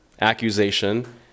accusation